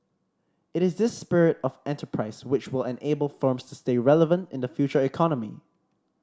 it is this spirit of enterprise which will enable firms to stay relevant in the future economy